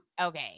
Okay